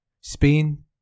Spain